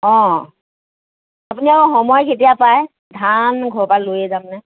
অঁ আপুনি আকৌ সময় কেতিয়া পায় ধান ঘৰৰপৰা লৈয়ে যামনে